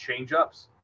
changeups